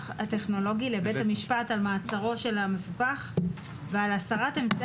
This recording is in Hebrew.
הטכנולוגי לבית המשפט על מעצרו של המפוקח ועל הסרת אמצעי